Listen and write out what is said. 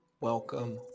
welcome